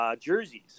jerseys